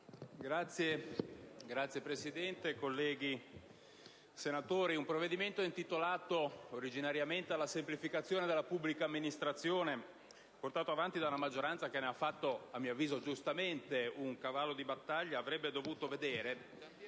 Signora Presidente, colleghi senatori, un provvedimento intitolato originariamente alla semplificazione della pubblica amministrazione, portato avanti da una maggioranza che ne ha fatto - a mio avviso giustamente - un cavallo di battaglia, avrebbe dovuto vedere,